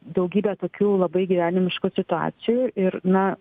daugybė tokių labai gyvenimiškų situacijų ir na